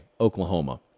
Oklahoma